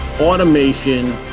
automation